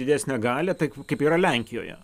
didesnę galią taip kaip yra lenkijoje